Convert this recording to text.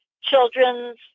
children's